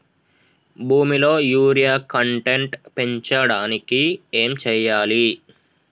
భూమిలో urea content పెంచడానికి ఏం చేయాలి?